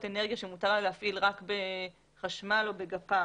אנרגיה שמותר להפעיל רק בחשמל או בגפ"ם.